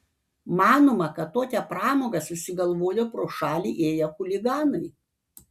manoma kad tokią pramogą susigalvojo pro šalį ėję chuliganai